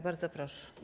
Bardzo proszę.